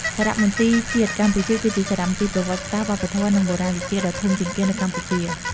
សារមន្ទីរជាតិកម្ពុជាគឺជាសារមន្ទីរប្រវត្តិសាស្ត្រ វប្បធម៌ និងបុរាណវិទ្យាដ៏ធំជាងគេនៅកម្ពុជា។